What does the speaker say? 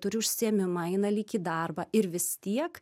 turi užsiėmimą eina lyg į darbą ir vis tiek